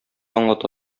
аңлата